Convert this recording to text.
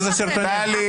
טלי.